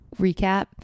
recap